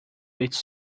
its